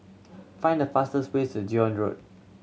find the fastest way to Zion Road